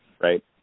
Right